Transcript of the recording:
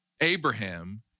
Abraham